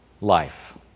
life